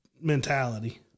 mentality